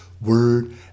word